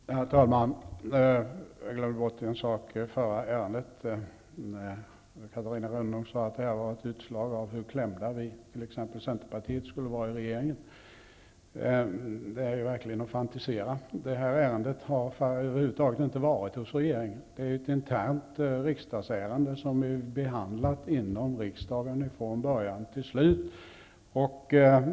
Herr talman! Jag glömde bort en sak. Catarina Rönnung sade att det var ett utslag av hur klämt t.ex. Centerpartiet är i regeringen. Det är verkligen att fantisera. Detta ärende har inte varit hos regeringen. Det är ett internt riksdagsärende, som är behandlat inom riksdagen från början och till slut.